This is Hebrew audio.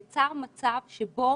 יצר מצב שבו